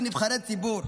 כנבחרי ציבור,